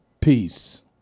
Peace